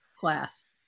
class